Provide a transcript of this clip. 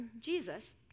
Jesus